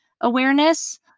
awareness